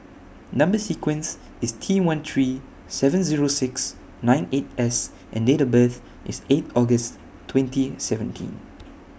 Number sequence IS T one three seven Zero six nine eight S and Date of birth IS eight August twenty seventeen